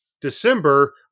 December